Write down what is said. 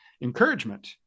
encouragement